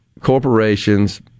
corporations